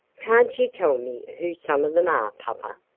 can't you tell me who some of them are, papa?